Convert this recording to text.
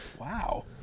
Wow